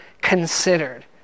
considered